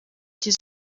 cyiza